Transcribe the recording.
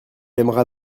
aimera